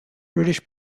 british